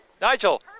Nigel